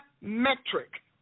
metric